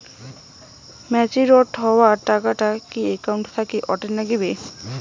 Matured হওয়া টাকাটা কি একাউন্ট থাকি অটের নাগিবে?